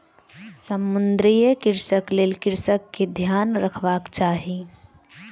समुद्रीय कृषिक लेल कृषक के ध्यान रखबाक चाही